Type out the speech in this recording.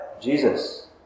Jesus